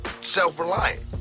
self-reliant